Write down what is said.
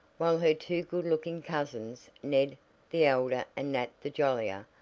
while her two good-looking cousins, ned the elder and nat the jollier,